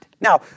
Now